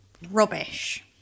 rubbish